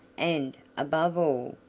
and, above all,